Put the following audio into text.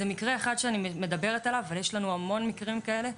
זה מקרה אחד שאני מדברת עליו אבל יש לנו המון מקרים כאלה,